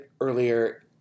earlier